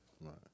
Right